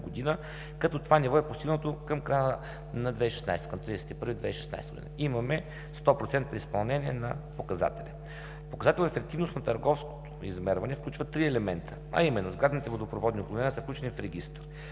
като това ниво е постигнато към края на 2016 г., тоест 31 декември 2016 г. Имаме 100% изпълнение на показателя. Показател „Ефективност на търговското измерване“ включва три елемента, а именно: сградните водопроводни отклонения да са включени в регистър.